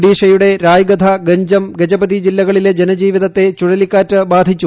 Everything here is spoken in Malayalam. ഒഡീഷയുടെ രായഗധ ഗഞ്ചം ഗജപതി ജില്ലകളിലെ ജനജീവിതത്തെ ചുഴലിക്കാറ്റ് ബാധിച്ചു